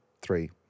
three